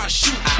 shoot